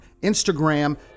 Instagram